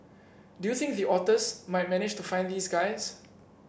do you think the otters might manage to find these guys